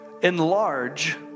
enlarge